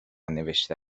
نوشته